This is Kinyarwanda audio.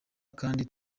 kandi